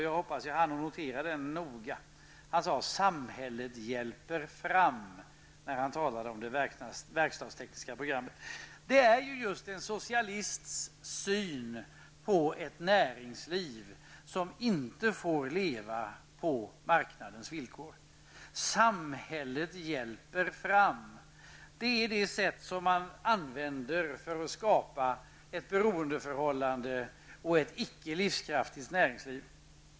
Jag hoppas att jag hann notera den noga. Han sade ''samhället hjälper fram'' när han talade om det verkstadstekniska programmet. Det är en socialists syn på ett näringsliv som inte får leva på marknadens villkor. Samhället hjälper fram. Det är det sätt man använder för att skapa ett beroendeförhållande och ett icke livskraftigt näringsliv.